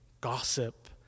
gossip